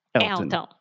Elton